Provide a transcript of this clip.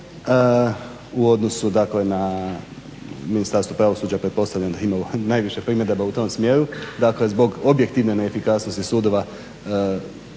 u odnosu na Ministarstvo pravosuđa pretpostavljam da je imalo najviše primjedaba u tom smjeru, dakle zbog objektivne neefikasnosti sudova